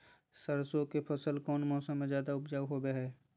सरसों के फसल कौन मौसम में ज्यादा उपजाऊ होबो हय?